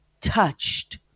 touched